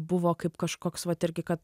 buvo kaip kažkoks vat irgi kad